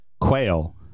quail